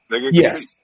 Yes